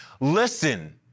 Listen